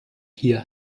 hier